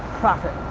profit.